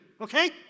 Okay